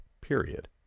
period